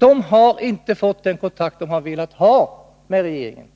Man har inte fått den kontakt med regeringen som man Nr